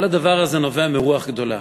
כל הדבר הזה נובע מרוח גדולה.